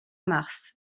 mars